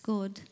God